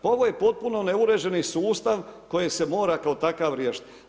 Pa ovo je potpuno neuređeni sustav koji se mora kao takav riješiti.